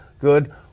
Good